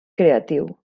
creatiu